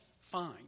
fine